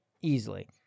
easily